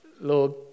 Lord